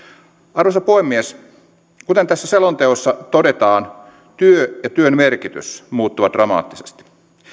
arvoisa puhemies kuten tässä selonteossa todetaan työ ja työn merkitys muuttuvat dramaattisesti